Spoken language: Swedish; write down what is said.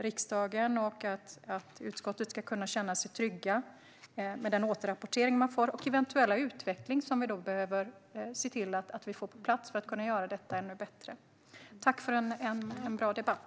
Riksdagen och utskottet ska kunna känna sig trygga med den återrapportering de får och den eventuella utveckling som vi måste se till att få på plats för att kunna göra detta ännu bättre. Tack för en bra debatt!